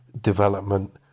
development